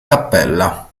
cappella